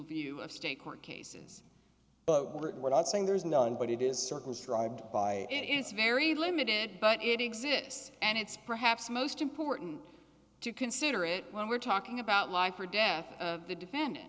review of state court cases but what i'm saying there is no one but it is circles tried by it is very limited but it exists and it's perhaps most important to consider it when we're talking about life or death of the defendant